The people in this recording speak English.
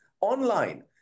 online